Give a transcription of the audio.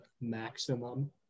Maximum